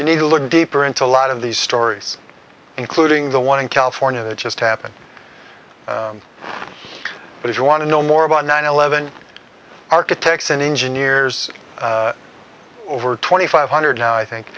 you need to look deeper into a lot of these stories including the one in california that just happened but if you want to know more about nine eleven architects and engineers over twenty five hundred now i think